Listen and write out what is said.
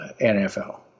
NFL